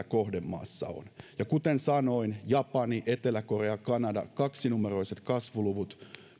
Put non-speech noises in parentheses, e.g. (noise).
(unintelligible) kohdemaassa on ja kuten sanoin japanilla etelä korealla kanadalla on kaksinumeroiset kasvuluvut